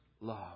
love